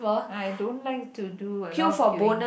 I don't like to do a lot of queuing